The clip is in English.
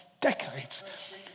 decades